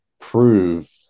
prove